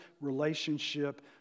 relationship